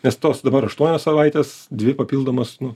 nes tos dabar aštuonios savaitės dvi papildomos nu